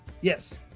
Yes